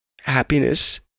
Happiness